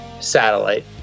satellite